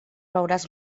veuràs